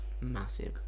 Massive